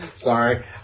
Sorry